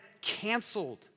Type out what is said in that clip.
canceled